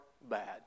bad